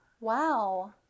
Wow